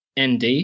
nd